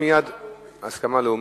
יש לנו הסכמה לאומית.